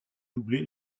doublé